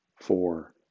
four